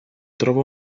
trovò